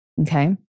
Okay